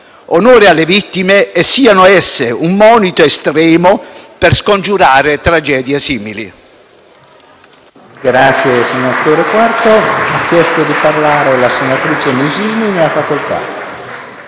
Onore alle vittime e siano esse un monito estremo per scongiurare altre simili